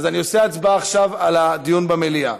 אז אני עושה הצבעה עכשיו על הדיון במליאה.